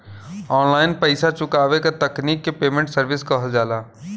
online पइसा चुकावे क तकनीक के पेमेन्ट सर्विस कहल जाला